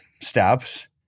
steps